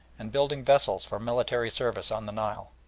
and building vessels for military service on the nile.